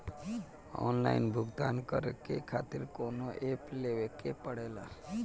Online भुगतान करके के खातिर कौनो ऐप लेवेके पड़ेला?